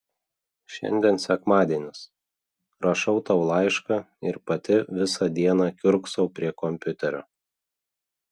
šiandien sekmadienis rašau tau laišką ir pati visą dieną kiurksau prie kompiuterio